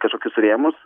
kažkokius rėmus